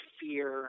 fear